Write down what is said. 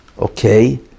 Okay